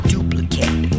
Duplicate